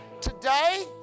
Today